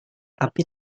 api